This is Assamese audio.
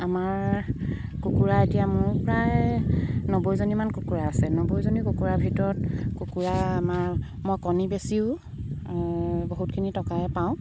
আমাৰ কুকুৰা এতিয়া মোৰ প্ৰায় নব্বৈজনীমান কুকুৰা আছে নব্বৈজনী কুকুৰাৰ ভিতৰত কুকুৰা আমাৰ মই কণী বেছিও বহুতখিনি টকাই পাওঁ